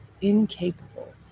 incapable